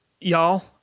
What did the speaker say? y'all